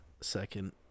second